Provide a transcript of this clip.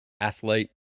athlete